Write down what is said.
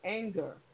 anger